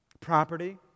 property